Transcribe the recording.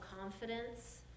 confidence